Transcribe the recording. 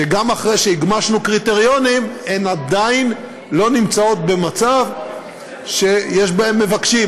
שגם אחרי שהגמשנו קריטריונים הן עדיין לא נמצאות במצב שיש בהן מבקשים.